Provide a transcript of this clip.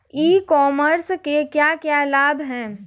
ई commerce के क्या क्या लाभ हैं?